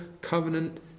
covenant